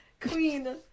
Queen